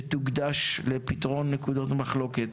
שתוקדש לפתרון נקודות המחלוקת,